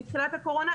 מתחילת הקורונה,